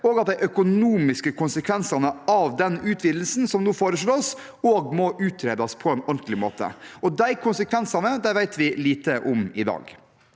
og at de økonomiske konsekvensene av den utvidelsen som nå foreslås, også må utredes på en ordentlig måte. De konsekvensene vet vi lite om i dag.